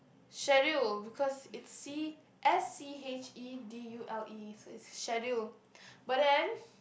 schedule because it's see S_C_H_E_D_U_L_E so it's schedule but then